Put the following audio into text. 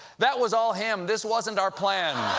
that was all him. this wasn't our plan.